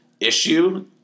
issue